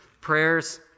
prayers